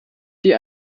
die